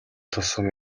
тусам